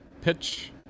Pitch